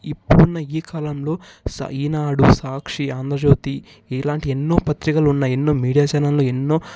ఇప్పుడున్న ఈ కాలంలో సా ఈనాడు సాక్షి ఆంధ్రజ్యోతి ఇలాంటి ఎన్నో పత్రికలు ఉన్నాయి ఎన్నో మీడియా ఛానెళ్ళు ఎన్నో